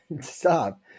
stop